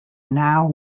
now